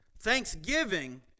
Thanksgiving